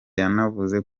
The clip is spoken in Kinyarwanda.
yanavuze